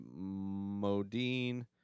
Modine